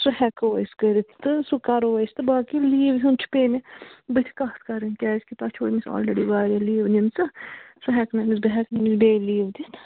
سُہ ہٮ۪کو أسۍ کٔرِتھ تہٕ سُہ کَرو أسۍ تہٕ باقی لیٖو ہِنٛد چھُ کٔرِتھ بٕتھِ کتھ کَرٕنۍ کیٛازِ کہِ تۄہہِ چھُو أمِس آلریٚڈی وارِیاہ لیٖو نمژٕ سُہ ہٮ۪کہٕ نہٕ أمِس بہٕ ہٮ۪کہٕ نہٕ بیٚیہِ لیٖو دِتھ